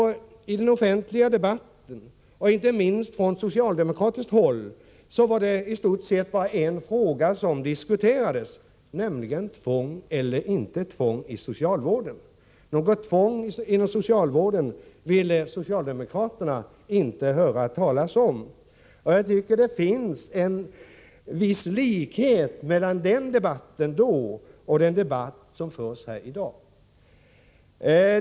I den offentliga debatten och inte minst från socialdemokratiskt håll var det i stort sett bara en fråga som diskuterades, nämligen frågan om tvång eller inte tvång i socialvården. Något tvång inom socialvården ville socialdemokraterna inte höra talas om. Jag tycker att det finns en viss likhet mellan den debatt som då fördes och debatten här i dag.